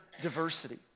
Diversity